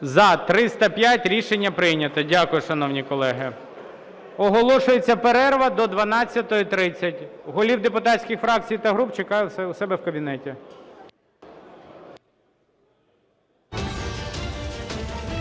За-305 Рішення прийнято. Дякую, шановні колеги. Оголошується перерва до 12:30. Голів депутатських фракцій та груп чекаю у себе в кабінеті.